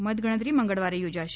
મતગણતરી મંગળવારે યોજાશે